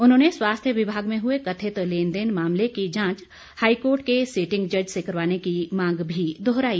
उन्होंने स्वास्थ्य विभाग में हुए कथित लेन देन मामले की जांच हाईकोर्ट के सिटिंग जज से करवाने की मांग भी दोहराई